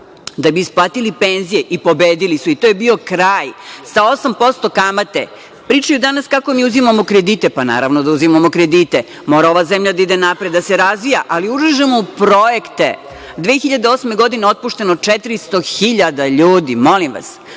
da bi isplatili penzije i pobedili su. I to je bio kraj. Sa 8% kamate. Pričaju danas kako mi uzimamo kredite. Pa, naravno da uzimamo kredite. Mora ova zemlja da ide napred, da se razvija, ali ulažemo u projekte. Godine 2008. otpušteno 400.000 ljudi. To je